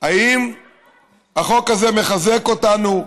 אם החוק הזה מחזק אותנו,